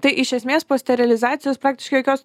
tai iš esmės po sterilizacijos praktiškai jokios